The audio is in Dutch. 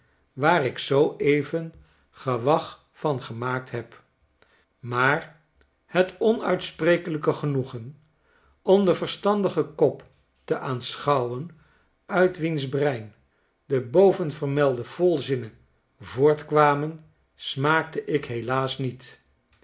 waar ik zoo even gewag van gemaakt heb maar het onuitsprekelijke genoegen om den verstandigen kop te aanschou wen uit wiens brein de bovenvermelde volzinnen voortkwamen smaakte ik helaas niet